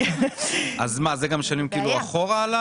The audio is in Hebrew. זה גם שנים אחורה?